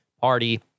Party